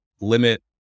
limit